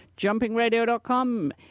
jumpingradio.com